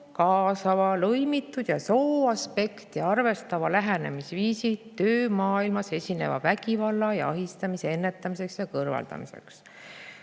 kaasava, lõimitud ja soo aspekti arvestava lähenemisviisi töömaailmas esineva vägivalla ja ahistamise ennetamiseks ja kõrvaldamiseks.